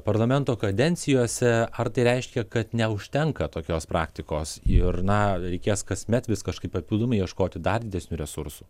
parlamento kadencijose ar tai reiškia kad neužtenka tokios praktikos ir na reikės kasmet vis kažkaip papildomai ieškoti dar didesnių resursų